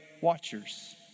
Watchers